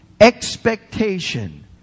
expectation